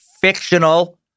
fictional